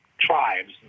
tribes